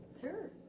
Sure